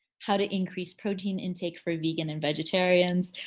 how to increase protein intake for vegans and vegetarians.